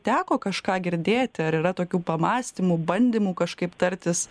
teko kažką girdėti ar yra tokių pamąstymų bandymų kažkaip tartis